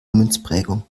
münzprägung